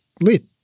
lit